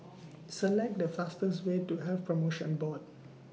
Select The fastest Way to Health promotion Board